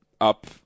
up